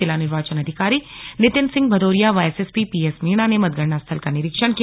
जिला निर्वाचन अधिकारी नितिन सिंह भदौरिया व एसएसपी पीएस मीणा ने मतगणना स्थल का निरीक्षण किया